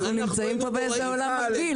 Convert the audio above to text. אנחנו נמצאים פה באיזה עולם מקביל